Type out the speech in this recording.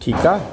ठीकु आहे